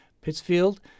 Pittsfield